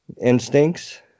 instincts